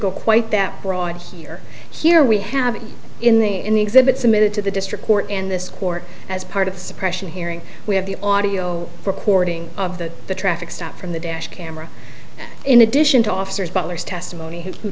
go quite that broad here here we have in the in the exhibit submitted to the district court in this court as part of the suppression hearing we have the audio recording of that the traffic stop from the dash camera in addition to officers butler's testimony who